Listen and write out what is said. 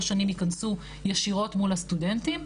שנים ייכנסו ישירות מול הסטודנטים.